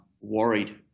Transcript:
worried